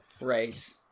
Right